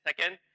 second